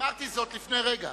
אמרתי זאת לפני רגע.